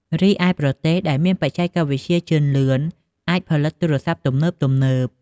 រីឯប្រទេសដែលមានបច្ចេកវិទ្យាជឿនលឿនអាច ផលិតទូរស័ព្ទទំនើបៗ ។